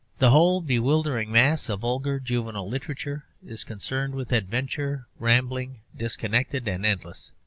the whole bewildering mass of vulgar juvenile literature is concerned with adventures, rambling, disconnected and endless.